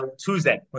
Tuesday